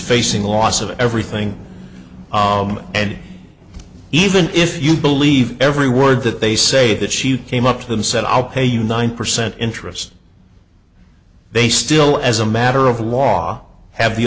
facing loss of everything and even if you believe every word that they say that she came up to them said i'll pay you nine percent interest they still as a matter of law have the